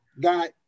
got